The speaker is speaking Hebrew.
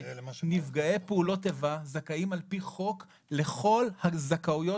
נפגעי פעולות איבה זכאים על פי חוק לכל הזכאויות